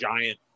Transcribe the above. giant